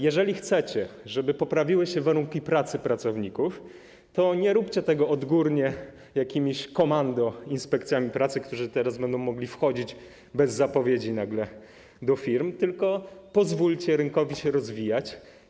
Jeżeli chcecie, żeby poprawiły się warunki pracy pracowników, to nie róbcie tego odgórnie, z wykorzystaniem jakichś komand, inspekcji pracy, które teraz będą mogły wchodzić bez zapowiedzi nagle do firm, tylko pozwólcie rynkowi się rozwijać.